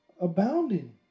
abounding